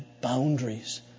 boundaries